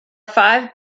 five